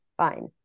Fine